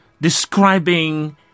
describing